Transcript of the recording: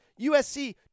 USC